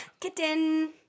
Kitten